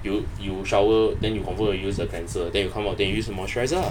you you shower then you confirm will use the cleanser then you come out then you use moisturiser ah